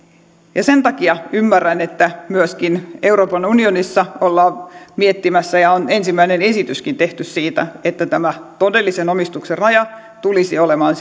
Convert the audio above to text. sen takia ymmärrän että myöskin euroopan unionissa ollaan miettimässä ja on ensimmäinen esityskin tehty siitä että tämä todellisen omistuksen raja tulisi olemaan